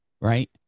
right